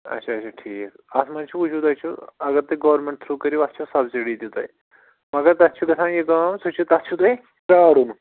اَچھا اَچھا ٹھیٖک اَتھ منٛز چھُ وُچھِو تُہۍ چھُ اگر تُہۍ گورمٮ۪نٛٹ تھرٛوٗ کٔرِو اَتھ چھَو سبسِڈی تہِ تۄہہِ مگر تَتھ چھُ گژھان یہِ کٲم سُہ چھُ تَتھ چھُ تۄہہِ پرٛارُن